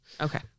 Okay